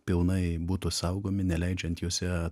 pilnai būtų saugomi neleidžiant juose